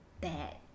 bad